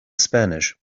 spanish